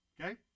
Okay